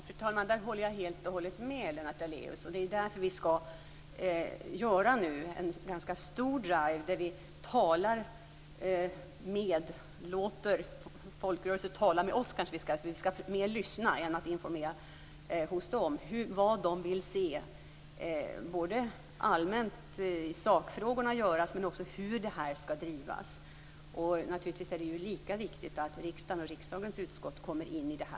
Fru talman! Där håller jag helt och hållet med Lennart Daléus. Det är ju därför som vi nu skall göra en ganska stor drive där vi låter folkrörelser tala med oss. Vi skall mer lyssna än informera hos dem när det gäller vad de vill se allmänt i sakfrågorna göras och också hur det här skall drivas. Naturligtvis är det lika viktigt att riksdagen och riksdagens utskott kommer in i detta.